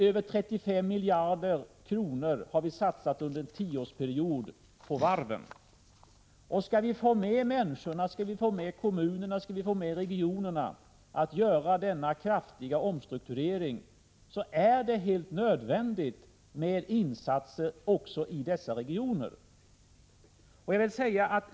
Över 35 miljarder har vi under en tioårsperiod satsat på varven. Skall vi nu få med människorna, kommunerna och regionerna på att göra denna kraftiga omstrukturering, är det helt nödvändigt med insatser i dessa regioner.